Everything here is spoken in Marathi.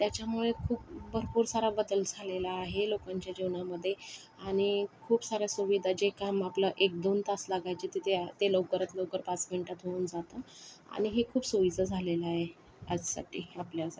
त्याच्यामुळे खूप भरपूर सारा बदल झालेला आहे लोकांच्या जीवनामध्ये आणि खूप साऱ्या सुविधा जे काम आपला एक दोन तास लागायचे तिथे ते लवकरात लवकर पाच मिनिटात होऊन जातं आणि हे खूप सोईचं झालेली आहे आजसाठी आपल्यासाठी